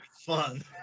fun